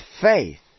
faith